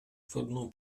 wodną